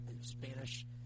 Spanish